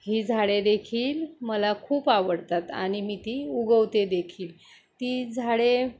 ही झाडे देखील मला खूप आवडतात आणि मी ती उगवते देखील ती झाडे